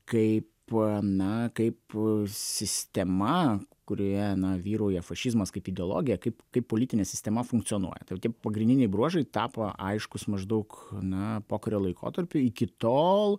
kaip na kaip sistema kurioje vyrauja fašizmas kaip ideologija kaip kaip politinė sistema funkcionuoja tai va tie pagrindiniai bruožai tapo aiškūs maždaug na pokario laikotarpiu iki tol